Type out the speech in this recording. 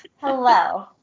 Hello